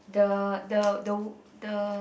the the the wo~ the